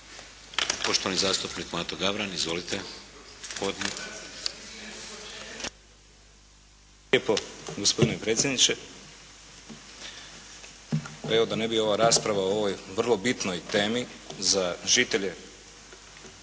Poštovani zastupnik Mato Gavran. Izvolite.